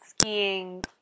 skiing